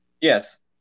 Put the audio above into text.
Yes